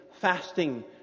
fasting